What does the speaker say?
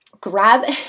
grab